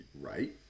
Right